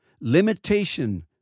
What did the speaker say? limitation